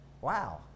Wow